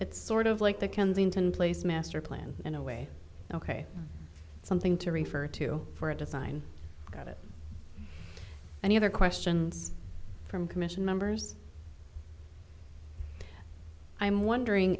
it's sort of like the kensington place masterplan in a way ok something to refer to for a design got it any other questions from commission members i'm wondering